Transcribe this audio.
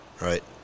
Right